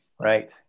Right